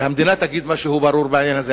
שהמדינה תגיד משהו ברור בעניין הזה.